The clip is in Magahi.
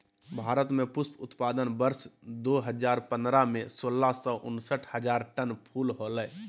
भारत में पुष्प उत्पादन वर्ष दो हजार पंद्रह में, सोलह सौ उनसठ हजार टन फूल होलय